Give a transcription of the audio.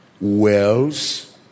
wells